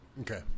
Okay